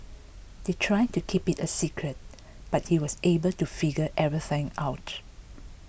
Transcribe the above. they tried to keep it a secret but he was able to figure everything out